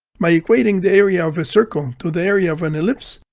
by equating the area of a circle to the area of an ellipse,